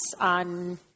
on